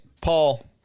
Paul